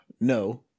no